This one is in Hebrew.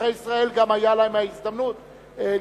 אזרחי ישראל גם היתה להם ההזדמנות לראות